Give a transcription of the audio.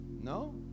No